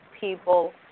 People